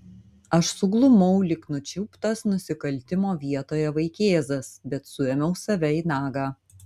aš suglumau lyg nučiuptas nusikaltimo vietoje vaikėzas bet suėmiau save į nagą